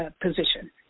position